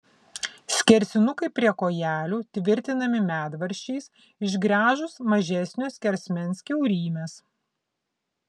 skersinukai prie kojelių tvirtinami medvaržčiais išgręžus mažesnio skersmens kiaurymes